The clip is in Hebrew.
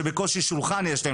שבקושי שולחן יש להם,